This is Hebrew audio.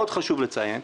עוד חשוב לציין,